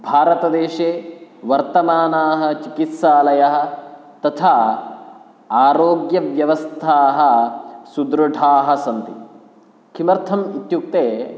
भारतदेशे वर्तमानाः चिकित्सालयः तथा आरोग्यव्यवस्थाः सुदृढाः सन्ति किमर्थम् इत्युक्ते